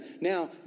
now